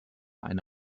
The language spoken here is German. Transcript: eine